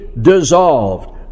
dissolved